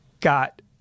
got